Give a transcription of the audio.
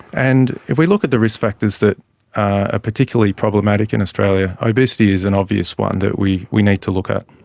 and if we look at the risk factors that are ah particularly problematic in australia, obesity is an obvious one that we we need to look at.